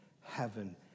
heaven